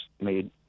made